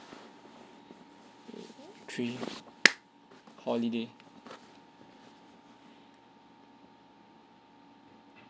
three holiday